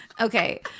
Okay